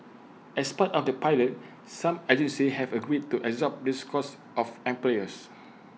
as part of the pilot some agencies have agreed to absorb this cost of employers